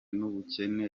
n’ubukene